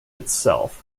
itself